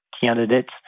candidates